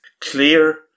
clear